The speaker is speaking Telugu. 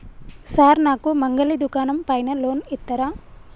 సార్ నాకు మంగలి దుకాణం పైన లోన్ ఇత్తరా?